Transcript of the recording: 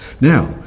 Now